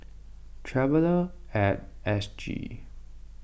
Traveller at S G